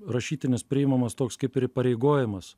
rašytinis priimamas toks kaip ir įpareigojimas